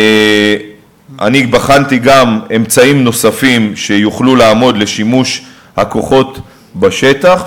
בחנתי אמצעים נוספים שיוכלו לעמוד לשימוש הכוחות בשטח,